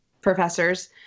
professors